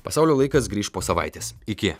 pasaulio laikas grįš po savaitės iki